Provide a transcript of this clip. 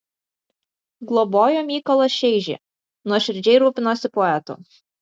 globojo mykolą šeižį nuoširdžiai rūpinosi poetu